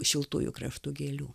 šiltųjų kraštų gėlių